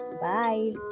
bye